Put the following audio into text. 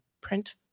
print